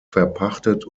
verpachtet